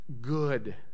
good